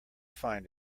find